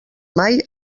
mai